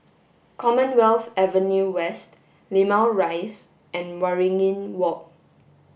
Commonwealth Avenue West Limau Rise and Waringin Walk